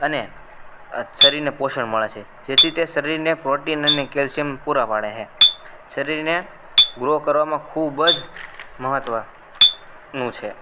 અને શરીરને પોષણ મળે છે જેથી તે શરીરને પ્રોટીન અને કેલ્શિયમ પૂરા પાડે છે શરીરને ગ્રો કરવામાં ખૂબ જ મહત્ત્વનું છે